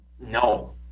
No